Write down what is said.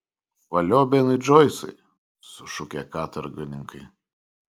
valio benui džoisui sušukę katorgininkai